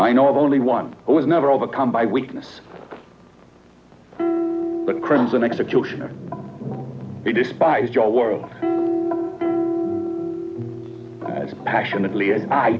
i know of only one that was never overcome by weakness the crimson executioner they despise your words as passionately as i